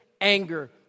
anger